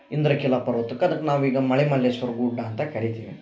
ಇಂದ್ರಕಿಲ ಪರ್ವತಕ್ಕ ಅದಕ್ಕ ನಾವೀಗ ಮಲೆ ಮಲ್ಲೇಶ್ವರ ಗುಡ್ಡ ಅಂತ ಕರಿತೀವಿ